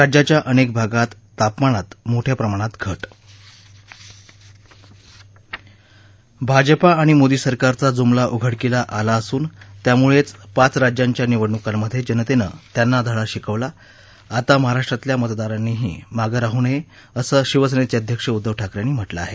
राज्याच्या अनेक भागात तापमानात मोठ्या प्रमाणात घट भाजपा आणि मोदी सरकारचा जुमला उघडकीला आला असून त्यामुळेच पाच राज्यांच्या निवडणुकांमधे जनतेनं त्यांना धडा शिकवला आता महाराष्ट्रातल्या मतदारांनीही मागं राहू नये असं शिवसेनेचे अध्यक्ष उद्धव ठाकरे यांनी म्हटलं आहे